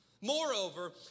Moreover